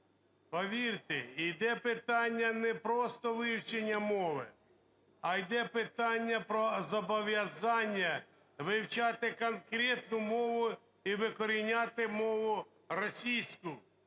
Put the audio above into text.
Повірте, йде питання не просто – вивчення мови, а йде питання про зобов'язання вивчати конкретну мову і викоріняти мову російську,